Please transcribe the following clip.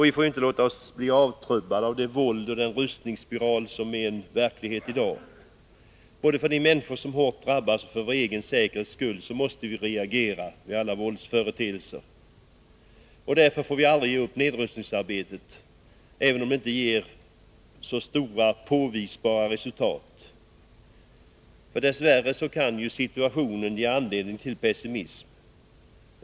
Vi får inte låta oss bli avtrubbade av det våld och den rustningsspiral som i dag är en verklighet. Både för de människor som så hårt drabbas och för vår egen säkerhets skull måste vi reagera mot alla våldsföreteelser. Därför får vi aldrig ge upp nedrustningsarbetet, även om det inte ger så stora påvisbara resultat. Dess värre kan situationen ge anledning till pessimism.